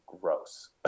gross